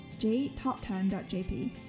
jtop10.jp